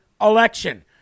election